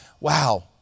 wow